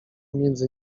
między